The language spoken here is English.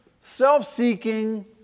self-seeking